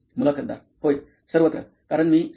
मुलाखतदार होय सर्वत्र कारण मी सी